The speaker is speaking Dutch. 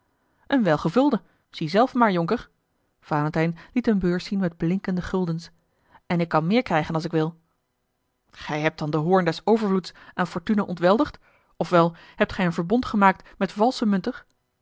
een welgevulde zie zelf maar jonker valentijn liet eene beurs zien met blinkende guldens en ik kan meer krijgen als ik wil gij hebt dan den hoorn des overvloeds aan fortuna ontweldigd of wel hebt gij een verbond gemaakt met valsche munters